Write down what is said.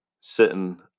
sitting